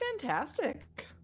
fantastic